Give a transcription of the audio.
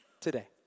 today